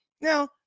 Now